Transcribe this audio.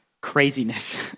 craziness